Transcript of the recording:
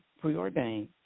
preordained